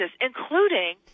including